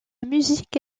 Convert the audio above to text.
musique